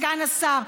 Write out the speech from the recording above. סגן השר,